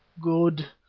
good!